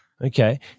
Okay